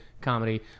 comedy